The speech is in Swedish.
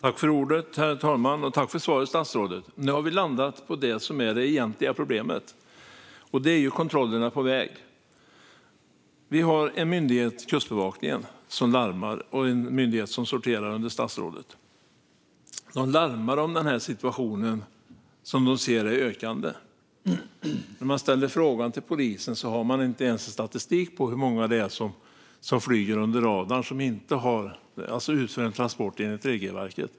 Herr talman! Jag tackar statsrådet för svaret. Nu har vi landat i det som är det egentliga problemet, nämligen kontrollerna på väg. Kustbevakningen, en myndighet som sorterar under statsrådet, larmar om den här situationen, som de ser är ökande. Men när man ställer frågan till polisen har de inte ens statistik på hur många det är som flyger under radarn och inte utför transporter enligt regelverket.